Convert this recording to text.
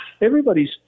everybody's